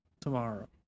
tomorrow